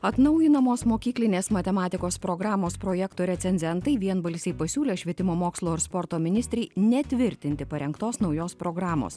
atnaujinamos mokyklinės matematikos programos projekto recenzentai vienbalsiai pasiūlė švietimo mokslo ir sporto ministrei netvirtinti parengtos naujos programos